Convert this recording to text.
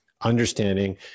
understanding